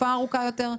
תקופה ארוכה יותר.